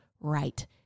right